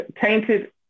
tainted